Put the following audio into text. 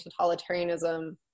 totalitarianism